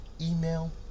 email